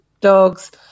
dogs